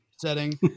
setting